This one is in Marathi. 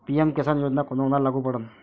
पी.एम किसान योजना कोना कोनाले लागू पडन?